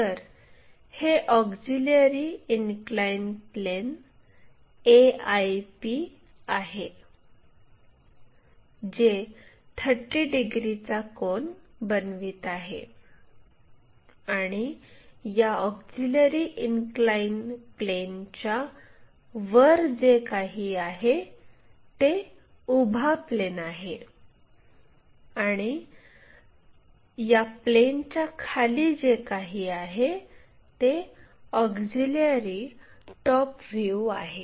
तर हे auxiliary incline plane आहे जे 30 डिग्रीचा कोन बनवित आहे आणि या ऑक्झिलिअरी इनक्लाइन प्लेनच्या वर जे काही आहे ते उभा प्लेन आहे आणि प्लेनच्या खाली जे काही आहे ते ऑक्झिलिअरी टॉप व्ह्यू आहे